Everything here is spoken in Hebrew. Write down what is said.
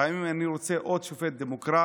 האם אני רוצה עוד שופט דמוקרט